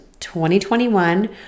2021